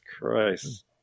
Christ